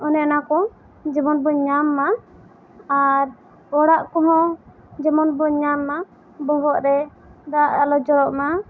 ᱚᱱᱮ ᱚᱱᱟ ᱠᱚ ᱡᱮᱢᱚᱱ ᱵᱚᱱ ᱧᱟᱢ ᱢᱟ ᱟᱨ ᱚᱲᱟᱜ ᱠᱚᱦᱚᱸ ᱡᱮᱢᱚᱱ ᱵᱚᱱ ᱧᱟᱢ ᱢᱟ ᱵᱚᱦᱚᱜ ᱨᱮ ᱫᱟᱜ ᱟᱞᱚ ᱡᱚᱨᱚᱜ ᱢᱟ